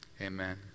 amen